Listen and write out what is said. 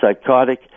psychotic